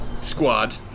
squad